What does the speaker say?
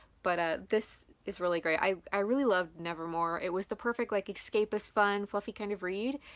but ah this is really great. i really loved nevermore. it was the perfect like escapist fun, fluffy kind of read,